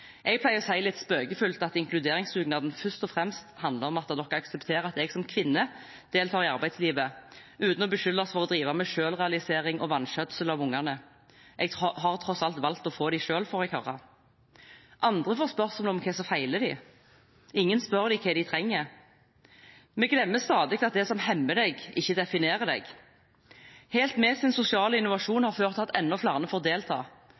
Jeg pleier å si litt spøkefullt at inkluderingsdugnaden først og fremst handler om at dere aksepterer at jeg som kvinne deltar i arbeidslivet, uten å beskyldes for å drive med selvrealisering og vanskjøtsel av ungene. Jeg har tross alt valgt å få dem selv, får jeg høre. Andre får spørsmål om hva som feiler dem. Ingen spør dem hva de trenger. Vi glemmer stadig at det som hemmer deg, ikke definerer deg. HELT MED sin sosiale innovasjon har ført til at enda flere får delta.